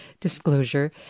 disclosure